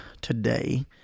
today